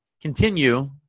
continue